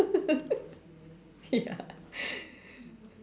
ya